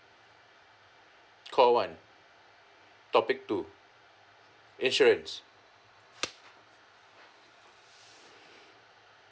call one topic two insurance